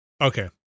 Okay